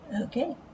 Okay